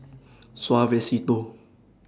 Suavecito